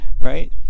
right